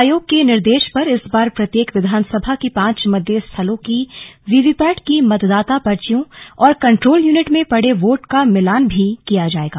आयोग के निर्देश पर इस बार प्रत्येक विधानसभा की पांच मतदेय स्थलों की वीवीपैट की मतदाता पर्चियों और कन्ट्रोल यूनिट में पड़े वोट का मिलान भी किया जाएगा